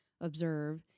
observe